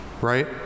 right